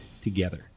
together